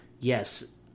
yes